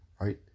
right